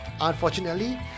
Unfortunately